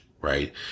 right